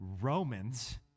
Romans